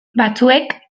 batzuek